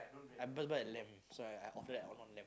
so after that I on on lamp